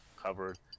covered